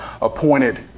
appointed